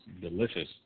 delicious